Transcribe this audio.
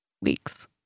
weeks